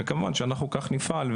וכמובן שכך נפעל.